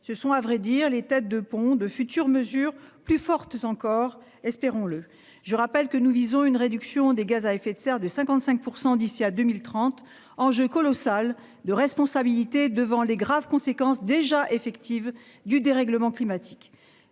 se sont à vrai dire les têtes de pont de futures mesures plus fortes encore, espérons-le. Je rappelle que nous visons une réduction des gaz à effet de serre de 55% d'ici à 2030. Enjeu colossal de responsabilité devant les graves conséquences déjà effective du dérèglement climatique